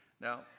Now